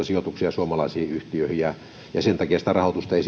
sijoituksia suomalaisiin yhtiöihin ja ja sen takia sitä rahoitusta ei